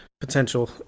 potential